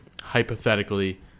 hypothetically